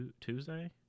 Tuesday